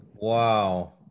wow